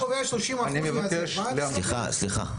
------ סליחה.